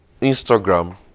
Instagram